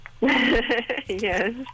Yes